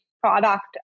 product